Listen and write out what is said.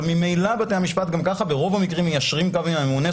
ממילא בתי המשפט ברוב המקרים מיישרים קו עם הממונה.